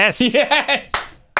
Yes